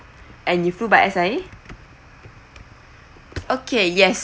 and you flew by S_I_A okay yes